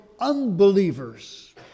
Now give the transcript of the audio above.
unbelievers